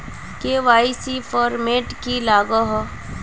KYC format की लागोहो?